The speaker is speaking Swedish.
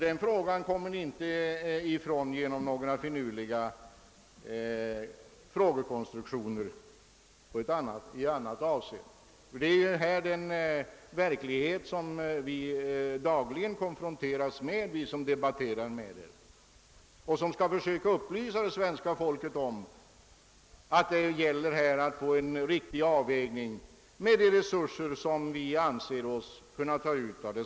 Denna fråga kommer ni inte ifrån genom några finurliga konstruktioner i ett annat avseende, ty detta är den verklighet som vi, vilka debatterar dessa frågor, dagligen konfronteras med. Det är vi som skall försöka upplysa det svenska folket om att det gäller att få en riktig avvägning av de resurser som vi anser oss kunna ta ut.